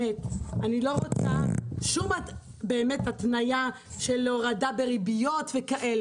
אני לא רוצה שום התניה של הורדה בריביות וכו',